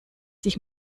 sich